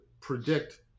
predict